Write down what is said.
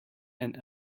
and